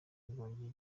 bwongeye